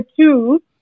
two